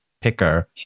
picker